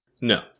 No